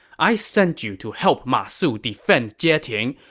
i sent you to help ma su defend jieting.